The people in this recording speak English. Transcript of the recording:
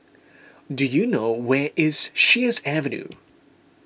do you know where is Sheares Avenue